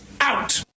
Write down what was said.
out